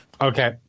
Okay